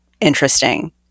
interesting